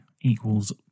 equals